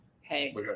Hey